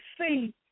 see